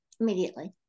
Immediately